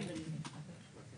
בני בגין.